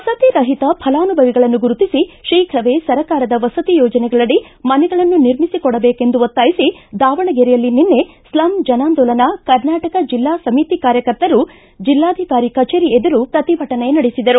ವಸತಿ ರಹಿತ ಫಲಾನುಭವಿಗಳನ್ನು ಗುರುತಿಸಿ ಶೀಘವೇ ಸರ್ಕಾರದ ವಸತಿ ಯೋಜನೆಗಳಡಿ ಮನೆಗಳನ್ನು ನಿರ್ಮಿಸಿಕೊಡಬೇಕೆಂದು ಒತ್ತಾಯಿಸಿ ದಾವಣಗೆರೆಯಲ್ಲಿ ನಿನ್ನೆ ಸ್ಲಂ ಜನಾಂದೋಲನ ಕರ್ನಾಟಕ ಜಿಲ್ಲಾ ಸಮಿತಿ ಕಾರ್ಯಕರ್ತರು ಜಿಲ್ಲಾಧಿಕಾರಿ ಕಜೇರಿ ಎದುರು ಪ್ರತಿಭಟನೆ ನಡೆಸಿದರು